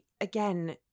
again